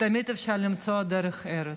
תמיד אפשר למצוא דרך ארץ.